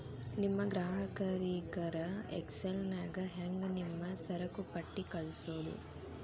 ನಿಮ್ ಗ್ರಾಹಕರಿಗರ ಎಕ್ಸೆಲ್ ನ್ಯಾಗ ಹೆಂಗ್ ನಿಮ್ಮ ಸರಕುಪಟ್ಟಿ ಕಳ್ಸೋದು?